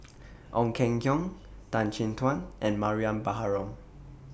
Ong Keng Yong Tan Chin Tuan and Mariam Baharom